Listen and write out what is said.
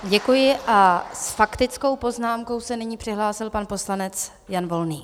Děkuji a s faktickou poznámkou se nyní přihlásil poslanec Jan Volný.